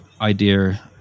idea